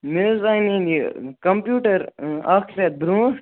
مےٚ حظ اَنے یہِ کمپیوٹر اۭں اَکھ رٮ۪تھ برٛونٛٹھ